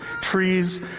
trees